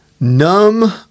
Numb